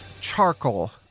charcoal